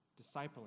discipling